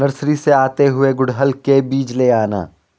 nursery से आते हुए गुड़हल के बीज ले आना